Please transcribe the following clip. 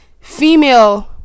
female